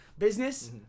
business